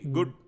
Good